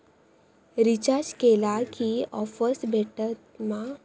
Recharge केला की offers भेटात मा?